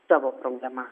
savo problemą